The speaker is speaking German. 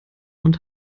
und